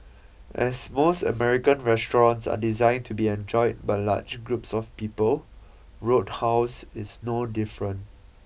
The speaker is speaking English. as most American restaurants are designed to be enjoyed by large groups of people roadhouse is no different